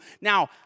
Now